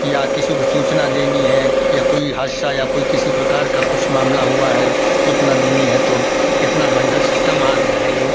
या किसी को सूचना देनी है कि या कोई हादसा या कोई किसी प्रकार का कुछ मामला हुआ है सूचना देनी है तो अब इतना बढ़िया सिस्टम आ गया है यह